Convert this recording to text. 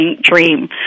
dream